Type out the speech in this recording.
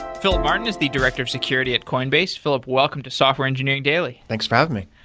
philip martin is the director of security at coinbase. philip, welcome to software engineering daily. thanks for having me.